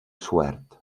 suert